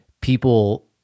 people